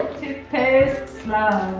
toothpaste slime.